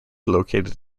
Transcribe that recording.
located